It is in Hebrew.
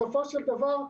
בסופו של דבר,